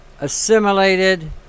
assimilated